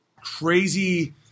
crazy